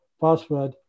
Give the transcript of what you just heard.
password